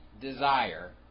desire